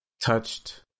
Touched